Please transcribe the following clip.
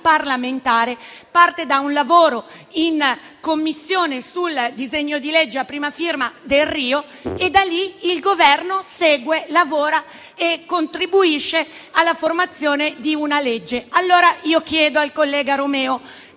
parlamentare, da un lavoro in Commissione sul disegno di legge a prima firma del senatore Delrio, e da lì il Governo ha seguito, lavorato e contribuito alla formazione di una legge. Allora, chiedo al collega Romeo: